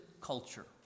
culture